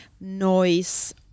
noise